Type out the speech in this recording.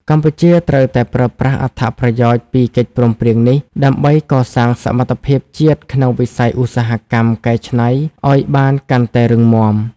កម្ពុជាត្រូវតែប្រើប្រាស់អត្ថប្រយោជន៍ពីកិច្ចព្រមព្រៀងនេះ ដើម្បីកសាងសមត្ថភាពជាតិក្នុងវិស័យឧស្សាហកម្មកែច្នៃឱ្យបានកាន់តែរឹងមាំ។